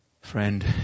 Friend